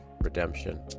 redemption